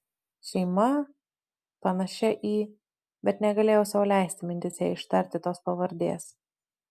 šeima panašia į bet negalėjau sau leisti mintyse ištarti tos pavardės